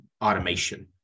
automation